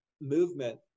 movement